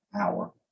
hour